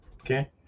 Okay